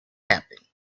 happen